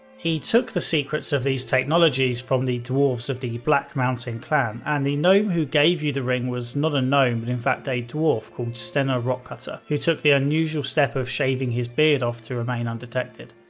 he took the secrets of these technologies from the dwarves of the black mountain clan and the gnome who gave you the ring was not a gnome but and in fact a dwarf called stennar rockcutter who took the unusual step of shaving his beard off to remain undetected.